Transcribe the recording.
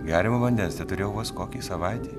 geriamo vandens teturėjau vos kokiai savaitei